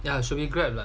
then you should be Grab 了